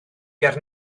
ger